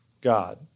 God